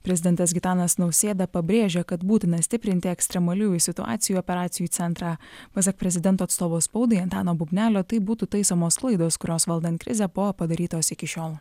prezidentas gitanas nausėda pabrėžia kad būtina stiprinti ekstremaliųjų situacijų operacijų centrą pasak prezidento atstovo spaudai antano bubnelio taip būtų taisomos klaidos kurios valdant krizę buvo padarytos iki šiol